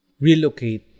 relocate